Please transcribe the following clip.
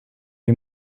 you